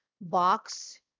box